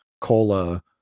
cola